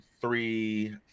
three